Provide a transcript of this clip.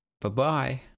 Bye-bye